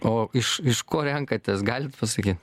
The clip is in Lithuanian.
o iš iš ko renkatės galit pasakyt